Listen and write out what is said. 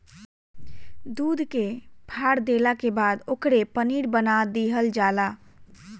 दूध के फार देला के बाद ओकरे पनीर बना दीहल जला